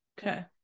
Okay